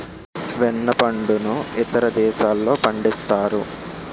వెన్న పండును ఇతర దేశాల్లో పండిస్తారు